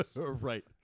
Right